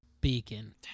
beacon